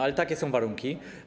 Ale takie są warunki.